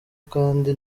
kandi